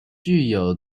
具有